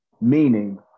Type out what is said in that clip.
Meaning